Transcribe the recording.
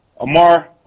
Amar